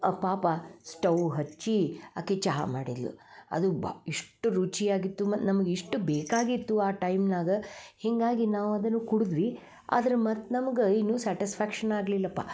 ಪಾಪ ಸ್ಟವ್ ಹಚ್ಚಿ ಹಾಕಿ ಚಹಾ ಮಾಡಿದ್ಲು ಅದು ಭಾ ಇಷ್ಟು ರುಚಿಯಾಗಿತ್ತು ಮತ್ತು ನಮ್ಗೆ ಇಷ್ಟು ಬೇಕಾಗಿತ್ತು ಆ ಟೈಮ್ನಾಗ ಹೀಗಾಗಿ ನಾವು ಅದನ್ನು ಕುಡ್ದ್ವಿ ಆದ್ರೆ ಮತ್ತೆ ನಮ್ಗೆ ಇನ್ನೂ ಸ್ಯಾಟಿಸ್ಫ್ಯಾಕ್ಷನ್ ಆಗಲಿಲ್ಲಪ್ಪ